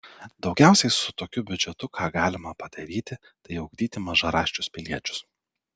daugiausiai su tokiu biudžetu ką galima padaryti tai ugdyti mažaraščius piliečius